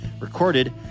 recorded